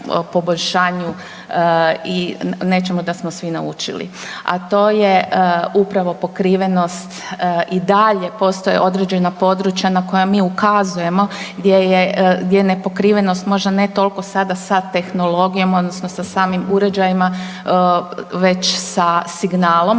i nečemu da smo svi naučili. A to je upravo pokrivenost i dalje postoje određena područja na koja mi ukazujemo gdje je nepokrivenost možda ne toliko sada sa tehnologijom odnosno sa samim uređajima već sa signalom.